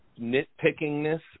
nitpickingness